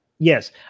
Yes